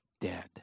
dead